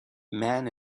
man